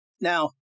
Now